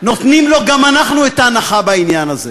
גם אנחנו נותנים לו את ההנחה בעניין הזה,